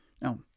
Now